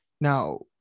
Now